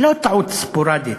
היא לא טעות ספורדית,